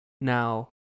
Now